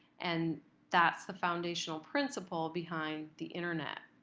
and that's the foundational principle behind the internet.